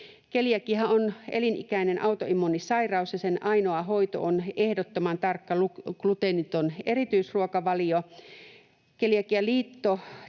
Keliakiahan on elinikäinen autoimmuunisairaus, ja sen ainoa hoito on ehdottoman tarkka gluteeniton erityisruokavalio. Keliakialiitto